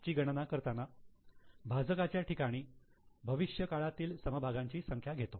ची गणना करताना भाजकाच्या ठिकाणी भविष्यकाळातील समभागांची संख्या घेतो